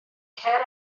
cer